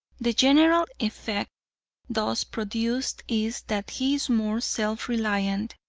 the general effect thus produced is that he is more self-reliant,